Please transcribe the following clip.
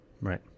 Right